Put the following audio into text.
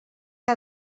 que